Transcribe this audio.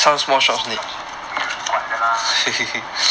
!aiya! small shops 没人管的 lah